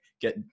get